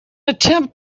attempt